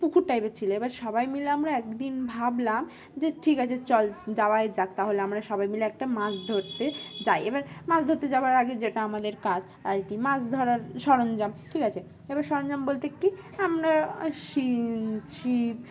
পুকুর টাইপের ছিল এবার সবাই মিলে আমরা একদিন ভাবলাম যে ঠিক আছে চল যাওয়াই যাক তাহলে আমরা সবাই মিলে একটা মাছ ধরতে যাই এবার মাছ ধরতে যাওয়ার আগে যেটা আমাদের কাজ আর কি মাছ ধরার সরঞ্জাম ঠিক আছে এবার সরঞ্জাম বলতে কি আমরা শি ছিপ